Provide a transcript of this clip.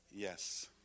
Yes